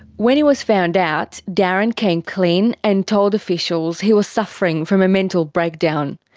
when he was found out, darren came clean and told officials he was suffering from a mental breakdown.